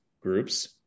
groups